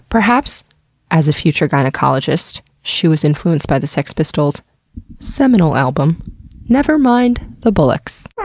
perhaps as a future gynecologist, she was influenced by the sex pistols' seminal album never mind the bollocks.